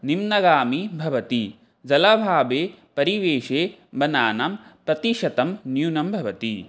निम्नगामि भवति जलाभावे परिवेषे वनानां प्रतिशतं न्यूनं भवति